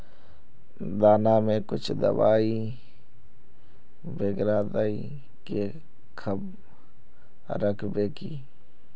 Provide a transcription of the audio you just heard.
दाना में कुछ दबाई बेगरा दय के राखबे की?